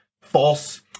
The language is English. false